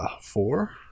Four